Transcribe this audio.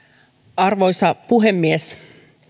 arvoisa puhemies